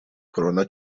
کرونا